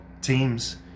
teams